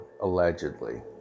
allegedly